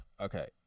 Okay